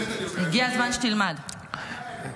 אני לא למדתי